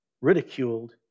ridiculed